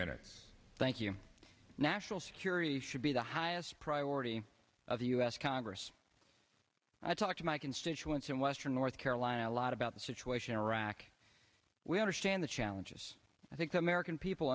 minutes thank you national security should be the highest priority of the u s congress i talk to my constituents in western north carolina a lot about the situation in iraq we understand the challenges i think the american people